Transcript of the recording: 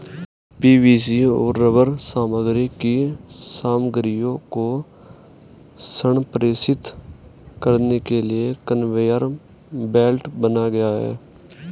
PVC और rubber सामग्री की सामग्रियों को संप्रेषित करने के लिए कन्वेयर बेल्ट बनाए गए हैं